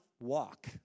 walk